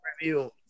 Review